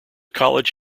college